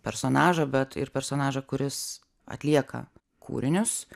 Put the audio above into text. personažą bet ir personažą kuris atlieka kūrinius